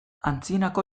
antzinako